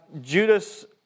Judas